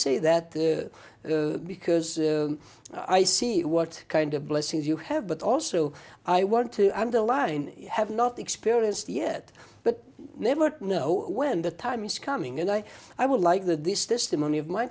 say that the because i see what kind of blessings you have but also i want to underline have not experienced yet but never know when the time is coming and i would like th